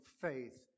faith